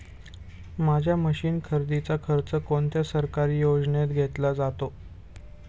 माझ्या मशीन खरेदीचा खर्च कोणत्या सरकारी योजनेत घेतला जातो?